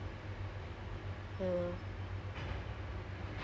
some more it's the last few stops so